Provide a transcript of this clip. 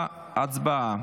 הצבעה.